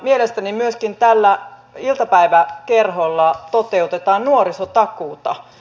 mielestäni myöskin tällä iltapäiväkerholla toteutetaan nuorisotakuuta